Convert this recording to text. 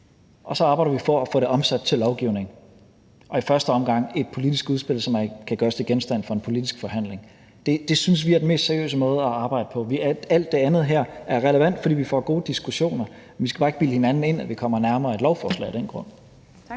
Og så arbejder vi for at få det omsat til lovgivning – og i første omgang et politisk udspil, som kan gøres til genstand for en politisk forhandling. Det synes vi er den mest seriøse måde at arbejde på. Alt det andet her er relevant, fordi vi får gode diskussioner. Vi skal bare ikke bilde hinanden ind, at vi kommer nærmere et lovforslag af den grund.